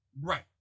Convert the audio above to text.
right